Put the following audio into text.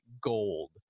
gold